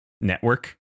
network